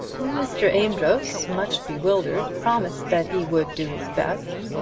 mr. amedroz, much bewildered, promised that he would do his best,